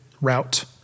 route